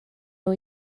nhw